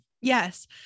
Yes